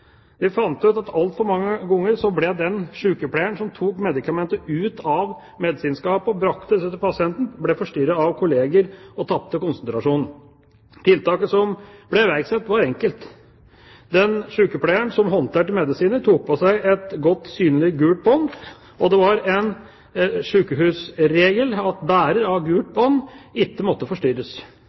fant ut at altfor mange ganger ble den sykepleieren som tok medikamenter ut av medisinskapet og brakte disse til pasienten, forstyrret av kolleger og tapte konsentrasjonen. Tiltaket som ble iverksatt, var enkelt: Den sykepleieren som håndterte medisinene, tok på seg et godt synlig gult bånd, og det var en sykehusregel at bærer av gult bånd ikke måtte forstyrres.